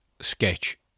sketch